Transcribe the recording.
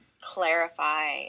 clarify